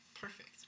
Perfect